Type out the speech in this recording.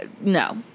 No